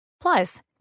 Plus